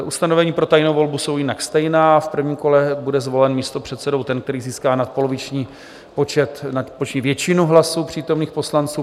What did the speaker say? Ustanovení pro tajnou volbu jsou jinak stejná, v prvním kole bude zvolen místopředsedou ten, který získá nadpoloviční většinu hlasů přítomných poslanců.